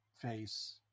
face